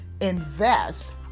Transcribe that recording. invest